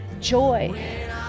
joy